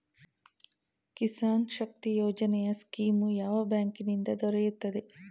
ಕಿಸಾನ್ ಶಕ್ತಿ ಯೋಜನೆ ಸ್ಕೀಮು ಯಾವ ಬ್ಯಾಂಕಿನಿಂದ ದೊರೆಯುತ್ತದೆ?